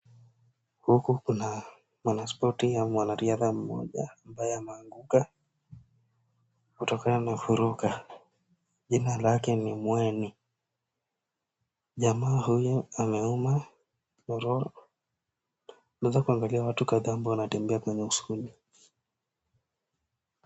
Huku kuna mwanaspoti au mwanariadha mmoja ambaye ameanguka kutokana na kuruka. Jina lake ni Mueni . Jamaa huyu ameuma nyororo . Unawezakuangalia watu kadhaa ambao wanatembea kwenye usoni.